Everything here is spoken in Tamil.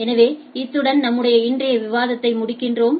எனவே இத்துடன் நம்முடைய இன்றைய விவாதத்தை முடிக்கிறோம்